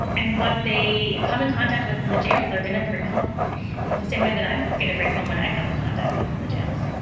and and what they come in contact with in the jails, they're going to bring home the same way that i'm gonna bring home when i come in contact with them. and the jails.